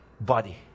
body